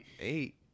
Eight